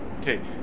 Okay